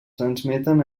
transmeten